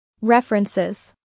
References